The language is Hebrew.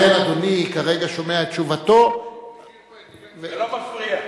לכן, אדוני כרגע שומע את תשובתו, זה לא מפריע.